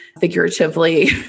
figuratively